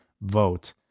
vote